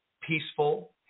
peaceful